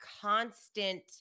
constant